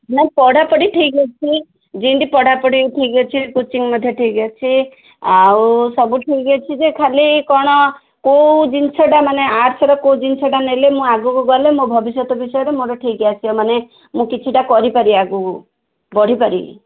ନା ପଢ଼ାପଢ଼ି ଠିକ୍ ଅଛି ଯେମିତି ପଢ଼ାପଢ଼ି ଠିକ୍ ଅଛି କୋଚିଙ୍ଗ୍ ମଧ୍ୟ ଠିକ୍ ଅଛି ଆଉ ସବୁ ଠିକ୍ ଅଛି ଯେ ଖାଲି କ'ଣ କେଉଁ ଜିନିଷଟା ମାନେ ଆର୍ଟ୍ସର କେଉଁ ଜିନିଷଟା ନେଲେ ମୁଁ ଆଗକୁ ଗଲେ ମୋ ଭବିଷ୍ୟତ ବିଷୟରେ ମୋର ଠିକ୍ ଆସିବ ମାନେ ମୁଁ କିଛିଟା କରିପାରିବି ଆଗକୁ ବଢ଼ିପାରିବି